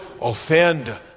offend